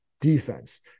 defense